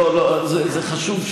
זה חשוב,